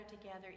together